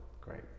great